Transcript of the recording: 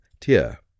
tier